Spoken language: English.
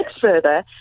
further